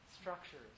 structures